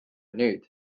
nüüd